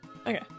Okay